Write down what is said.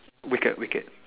wicked wicked